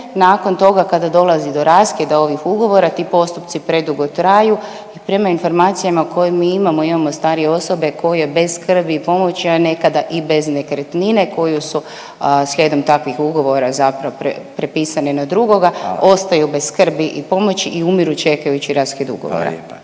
nakon toga kada dolazi do raskida ovih ugovora ti postupci predugo traju. I prema informacijama koje mi imamo, imamo starije osobe koje bez skrbi i pomoći, a nekada i bez nekretnine koju su slijedom takvih ugovora zapravo prepisane na drugoga …/Upadica: Hvala./… ostaju bez skrbi i pomoći i umiru čekajući raskid ugovora.